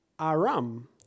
aram